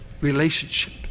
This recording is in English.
relationship